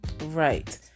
Right